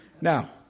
Now